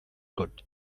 good